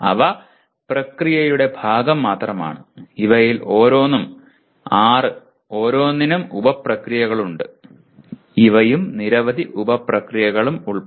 അവ പ്രക്രിയയുടെ ഭാഗം മാത്രമാണ് ഇവയിൽ ഓരോന്നും ആറ് ഓരോന്നിനും ഉപ പ്രക്രിയകളുണ്ട് ഇവയും നിരവധി ഉപ പ്രക്രിയകളും ഉൾപ്പെടെ